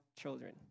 children